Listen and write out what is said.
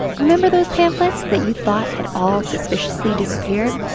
remember those pamphlets that you thought had all suspiciously disappeared?